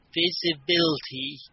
visibility